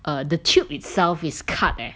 err the tube itself is cut leh